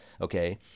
okay